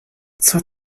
zur